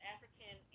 African